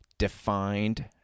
defined